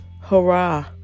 Hurrah